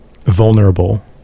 Vulnerable